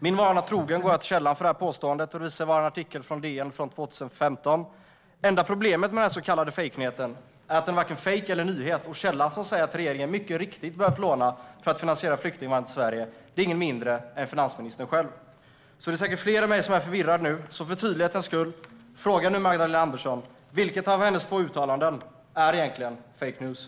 Min vana trogen går jag till källan för detta påstående; det visar sig vara en artikel i DN från 2015. Det enda problemet med denna så kallade fejknyhet är att den varken är fejk eller någon nyhet. Källan som säger att regeringen mycket riktigt behövt låna för att finansiera flyktinginvandringen till Sverige är ingen mindre än finansministern själv. Det är säkert fler än jag som är förvirrade nu. Så för tydlighetens skull frågar jag Magdalena Andersson: Vilket av hennes två uttalanden är egentligen fake news?